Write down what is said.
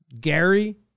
Gary